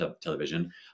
television